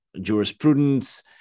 jurisprudence